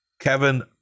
kevin